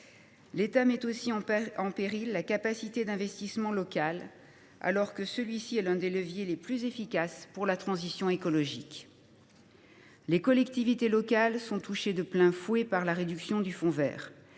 L’État met aussi en péril la capacité d’investissement local, alors que celui ci est l’un des leviers les plus efficaces pour la transition écologique. Les collectivités locales sont touchées de plein fouet par la réduction du fonds vert.